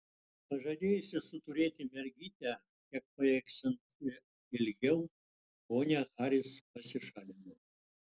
pažadėjusi suturėti mergytę kiek pajėgsianti ilgiau ponia haris pasišalino